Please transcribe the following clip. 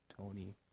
Tony